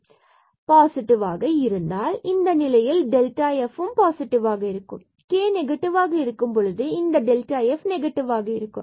எனவே இது பாசிட்டிவ் ஆக இருந்தால் இந்த நிலையின் பொழுது டெல்டா f பாசிட்டிவாக இருக்கும் மற்றும் k negative இருக்கும்பொழுது இந்த டெல்டா f நெகட்டிவ்வாக இருக்கும்